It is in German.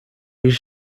ich